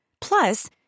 Plus